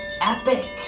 epic